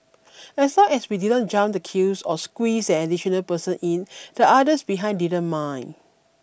as long as we didn't jump the queues or squeezed an additional person in the others behind didn't mind